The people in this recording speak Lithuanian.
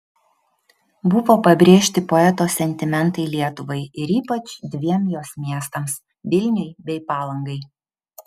buvo pabrėžti poeto sentimentai lietuvai ir ypač dviem jos miestams vilniui bei palangai